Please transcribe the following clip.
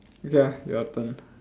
ya your turn